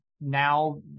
now